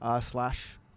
slash